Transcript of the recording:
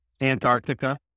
Antarctica